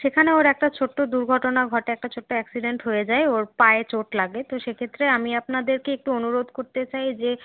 সেখানে ওর একটা ছোট্টো দুর্ঘটনা ঘটে একটা ছোট্টো অ্যাক্সিডেন্ট হয়ে যায় ওর পায়ে চোট লাগে তো সে ক্ষেত্রে আমি আপনাদের কে একটু অনুরোধ করতে চাই যে